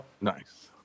nice